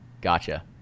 Gotcha